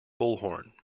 bullhorn